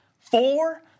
four